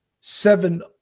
seven